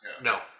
No